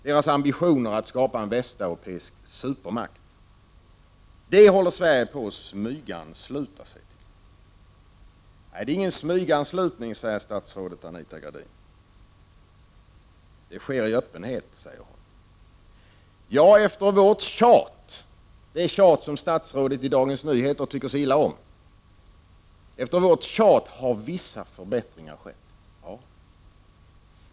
Deras ambitioner att skapa en västeuropeisk supermakt håller Sverige på att smygansluta sig till. Det är ingen smyganslutning, det sker i öppenhet, säger statsrådet Anita Gradin. Ja, efter vårt tjat, det tjat som Anita Gradin enligt Dagens Nyheter tycker så illa om, har vissa förbättringar skett.